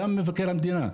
גם מבקר המדינה,